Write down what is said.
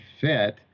fit